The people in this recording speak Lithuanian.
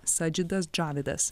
sadžidas džavidas